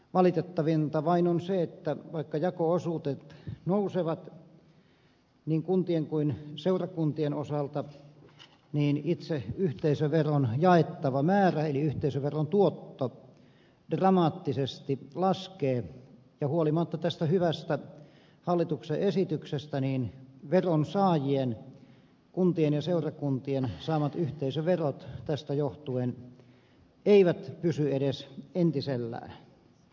valitettavinta vain on se että vaikka jako osuudet nousevat niin kuntien kuin seurakuntien osalta niin itse yhteisöveron jaettava määrä eli yhteisöveron tuotto dramaattisesti laskee ja huolimatta tästä hyvästä hallituksen esityksestä veronsaajien kuntien ja seurakuntien saamat yhteisöverot tästä johtuen eivät pysy edes entisellään